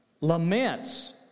Laments